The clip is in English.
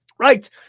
Right